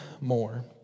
more